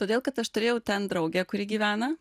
todėl kad aš turėjau ten draugę kuri gyvena